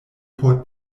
por